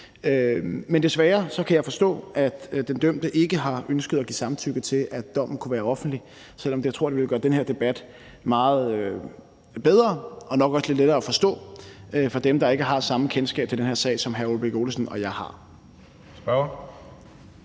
Men desværre kan jeg forstå, at den dømte ikke har ønsket at give samtykke til, at dommen kunne være offentlig, selv om jeg tror, at det ville gøre den her debat meget bedre og nok også lidt lettere at forstå for dem, der ikke har samme kendskab til den her sag, som hr. Ole Birk Olesen og jeg har.